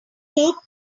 top